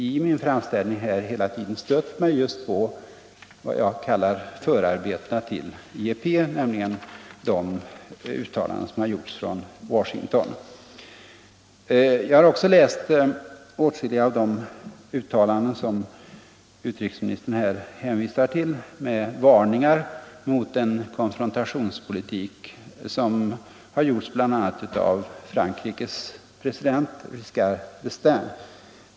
I min framställning här har jag stött mig på vad jag kallar förarbetena till IEP, dvs. de uttalanden som har gjorts från Washington. Jag har också läst åtskilliga av de uttalanden med varningar mot en konfrontationspolitik som utrikesministern här hänvisar till och som har gjorts bl.a. av Frankrikes president Giscard d”Estaing.